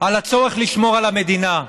על הצורך לשמור על המדינה.